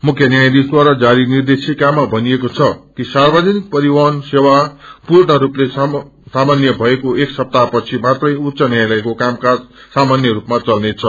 मुख्य न्यायाधीशद्वारा जारी निर्देश्किामा भनिएको छ कि सार्वजनिक परिवहन सेवा पूर्ण रूपले सामान्य भएको एक सप्ताह पछि मात्रै उच्च न्यायलयको कामकाज सामान्य रूपामा चल्नेछ